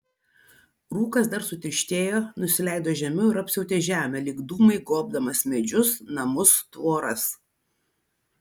rūkas dar sutirštėjo nusileido žemiau ir apsiautė žemę lyg dūmai gobdamas medžius namus tvoras